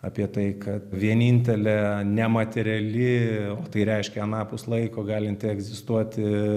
apie tai kad vienintelė nemateriali o tai reiškia anapus laiko galinti egzistuoti